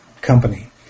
company